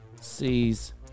sees